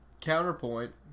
Counterpoint